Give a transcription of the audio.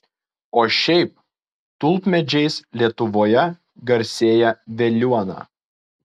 o šiaip tulpmedžiais lietuvoje garsėja veliuona